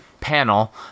panel